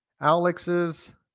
Alex's